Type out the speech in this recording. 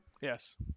Yes